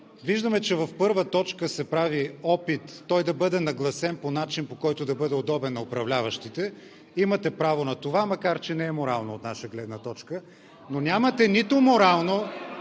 Виждаме, че в първа точка се прави опит той да бъде нагласен по начин, по който да бъде удобен на управляващите. Имате право на това, макар че не е морално от наша гледна точка, но нямате нито морално